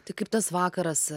tai kaip tas vakaras